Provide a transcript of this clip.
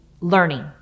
learning